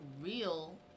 real